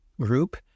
Group